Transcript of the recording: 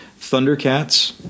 Thundercats